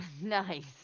Nice